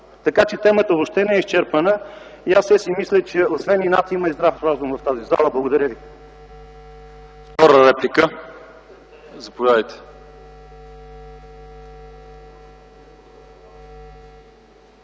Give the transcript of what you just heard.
Темата въобще не е изчерпана и аз все си мисля, че освен инат има и здрав разум в тази зала. Благодаря ви.